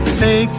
Stay